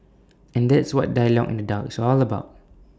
and that's what dialogue in the dark is all about